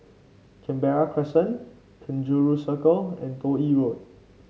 Canberra Crescent Penjuru Circle and Toh Yi Road